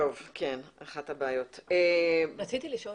רציתי לשאול,